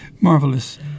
marvelous